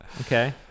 Okay